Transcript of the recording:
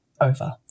over